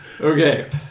okay